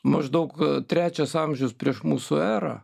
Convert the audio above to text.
maždaug trečias amžius prieš mūsų erą